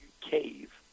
cave